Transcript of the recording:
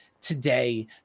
today